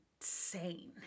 insane